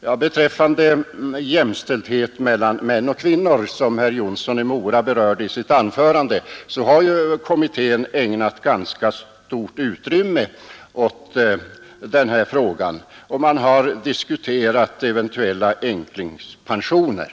Vad gäller frågan om jämställdheten mellan män och kvinnor, som herr Jonsson i Mora berörde i sitt anförande, så vill jag påpeka att kommittén ägnat ganska stort utrymme åt den saken och bl.a. diskuterat eventuella änklingspensioner.